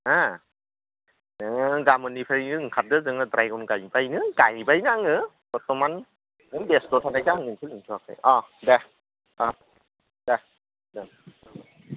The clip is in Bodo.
हो नों गाबोननिफ्राय ओंखारदो जोङो द्रागन गायबायनो गायबायनो आङो बरथ'मान नों बेस्थ' थानायखाय आं नोंखौ लिंथ'वाखै अ दे ओ दे दे